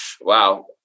Wow